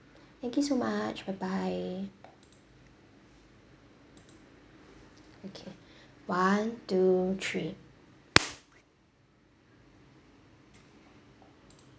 thank you so much bye bye okay one two three